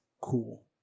cool